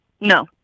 No